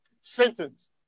sentence